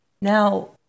Now